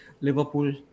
Liverpool